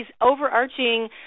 overarching